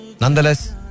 Nonetheless